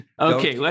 Okay